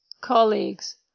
colleagues